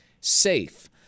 safe